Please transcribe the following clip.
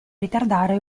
ritardare